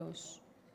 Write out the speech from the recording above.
שלוש.